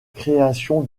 création